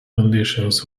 conditions